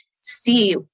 see